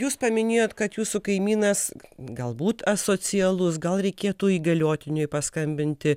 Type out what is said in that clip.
jūs paminėjot kad jūsų kaimynas galbūt asocialus gal reikėtų įgaliotiniui paskambinti